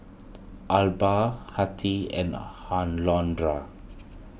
Arba Hettie and